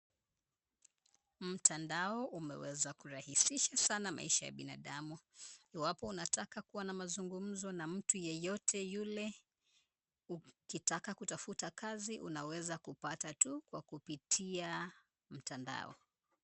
Mtandao umeweza kurahisisha sana maisha ya binadamu, iwapo unataka kuwa na mazungumzo na mtu yeyote yule, ukitaka kutafuta kazi, unaweza kupata tu kwa kupitia mtandao.